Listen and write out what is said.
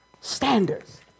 Standards